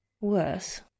Worse